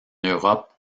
europe